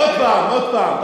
עוד פעם,